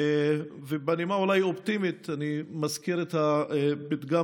בנימה אולי אופטימית אני מזכיר את הפתגם